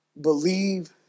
Believe